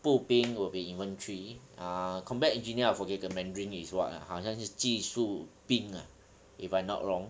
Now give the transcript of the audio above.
步兵 will be infantry err combat engineer I forget the mandarin is what uh 好像是技术兵 uh if I not wrong